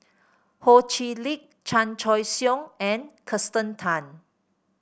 Ho Chee Lick Chan Choy Siong and Kirsten Tan